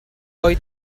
poi